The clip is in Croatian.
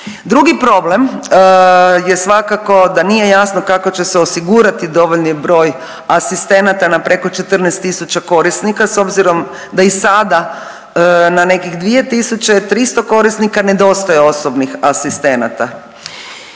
Drugi problem je svakako da nije jasno kako će se osigurati dovoljni broj asistenata na preko 14 tisuća korisnika s obzirom da i sada na nekih 2.300 korisnika nedostaje osobnih asistenata.